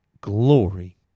Glory